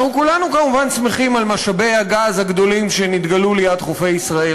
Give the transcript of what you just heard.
אנחנו כולנו כמובן שמחים על משאבי הגז הגדולים שנתגלו ליד חופי ישראל,